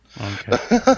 Okay